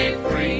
free